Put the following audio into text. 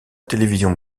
télévision